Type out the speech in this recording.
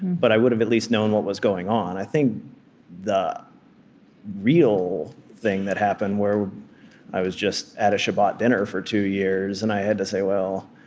but i would've at least known what was going on. i think the real thing that happened, where i was just at a shabbat dinner for two years, and i had to say, well,